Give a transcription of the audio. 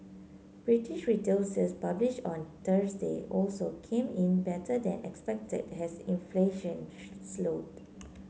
British retail sales published on Thursday also came in better than expected as inflation slowed